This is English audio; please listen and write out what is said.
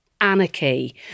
anarchy